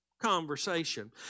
Conversation